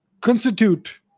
constitute